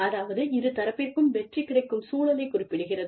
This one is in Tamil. அதாவது இரு தரப்பிற்கும் வெற்றி கிடைக்கும் சூழலைக் குறிப்பிடுகிறது